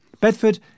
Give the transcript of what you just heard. Bedford